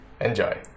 Enjoy